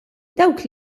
dawk